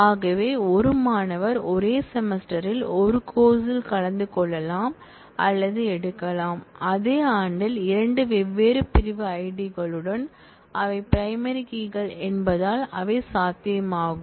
ஆகவே ஒரு மாணவர் ஒரே செமஸ்டரில் ஒரு கோர்ஸ் ல் கலந்து கொள்ளலாம் அல்லது எடுக்கலாம் அதே ஆண்டில் 2 வெவ்வேறு பிரிவு ஐடிகளுடன் அவை பிரைமரி கீ கள் என்பதால் அவை சாத்தியமாகும்